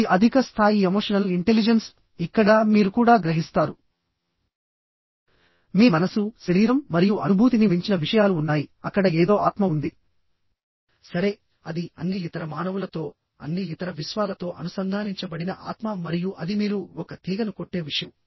ఇది అధిక స్థాయి ఎమోషనల్ ఇంటెలిజెన్స్ ఇక్కడ మీరు కూడా గ్రహిస్తారుమీ మనస్సు శరీరం మరియు అనుభూతిని మించిన విషయాలు ఉన్నాయి అక్కడ ఏదో ఆత్మ ఉంది సరే అది అన్ని ఇతర మానవులతో అన్ని ఇతర విశ్వాలతో అనుసంధానించబడిన ఆత్మ మరియు అది మీరు ఒక తీగను కొట్టే విషయం